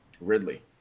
Ridley